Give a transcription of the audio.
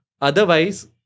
Otherwise